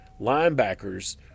linebackers